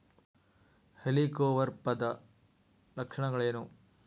ಹೆಲಿಕೋವರ್ಪದ ಲಕ್ಷಣಗಳೇನು?